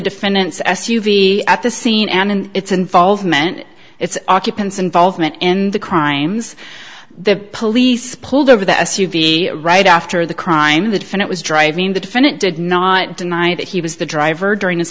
defendant's s u v at the scene and its involvement its occupants involvement in the crimes the police pulled over the s u v right after the crime that if it was driving the defendant did not deny that he was the driver during his